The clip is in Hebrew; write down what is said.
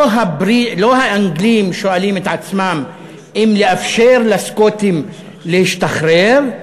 לא האנגלים שואלים את עצמם אם לאפשר לסקוטים להשתחרר,